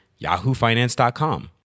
yahoofinance.com